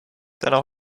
täna